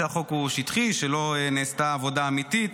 שהחוק הוא שטחי, שלא נעשתה עבודה אמיתית.